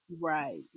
Right